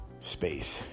space